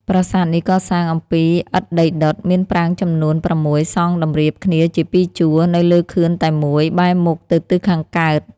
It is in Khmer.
ប្រាសាទនេះកសាងអំពី ឥដ្ឋដីដុត មានប្រាង្គចំនួន ៦ សង់តម្រៀបគ្នាជាពីរជួរ នៅលើខឿនតែមួយ បែរមុខទៅទិសខាងកើត។